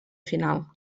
final